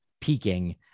peaking